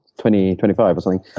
twenty twenty five or something.